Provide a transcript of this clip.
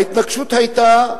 ההתנגשות היתה,